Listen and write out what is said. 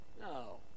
No